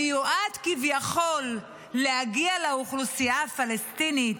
המיועד כביכול לאוכלוסייה הפלסטינית,